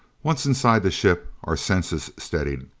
once inside the ship, our senses steadied.